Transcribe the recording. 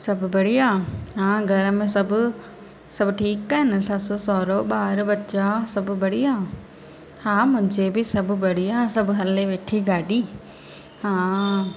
सभु बढ़िया हा घर में सभु सभु ठीकु आहिनि ससु सहुरो ॿार बचा सभु बढ़िया हा मुंहिंजो बि सभु बढ़िया सभु हले वेठी ॻाडी हा